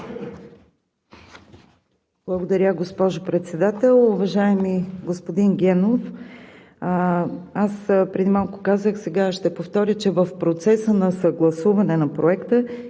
Благодаря, госпожо Председател. Уважаеми господин Генов, преди малко казах и сега ще повторя, че в процеса на съгласуване на проекта